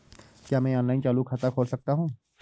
क्या मैं ऑनलाइन चालू खाता खोल सकता हूँ?